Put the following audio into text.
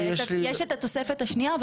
יש את התוספת השנייה,